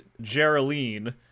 Geraldine